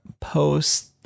post